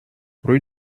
rue